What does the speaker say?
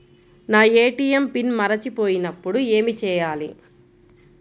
నా ATM pin మరచిపోయినప్పుడు ఏమి చేయాలి?